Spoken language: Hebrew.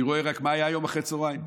אני רואה רק מה היה היום אחרי הצוהריים,